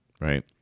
right